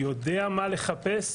יודע מה לחפש,